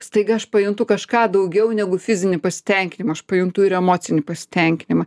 staiga aš pajuntu kažką daugiau negu fizinį pasitenkinimą aš pajuntu ir emocinį pasitenkinimą